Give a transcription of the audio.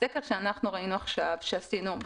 הסקר שעשינו עכשיו,